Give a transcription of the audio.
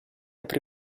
aprì